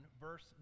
verse